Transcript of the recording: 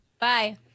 Bye